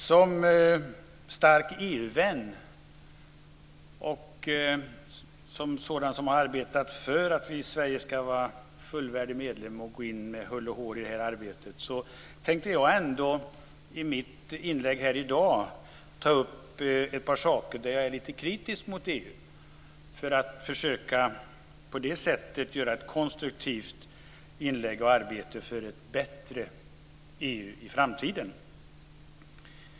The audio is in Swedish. Som stark EU-vän som har arbetat för att Sverige ska vara fullvärdig medlem och gå in med hull och hår i arbetet tänkte jag ändå i mitt inlägg här i dag ta upp ett par saker där jag är lite kritisk mot EU för att på det sättet försöka göra ett konstruktivt inlägg och arbeta för ett bättre EU i framtiden.